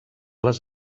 les